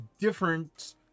different